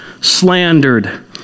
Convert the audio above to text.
slandered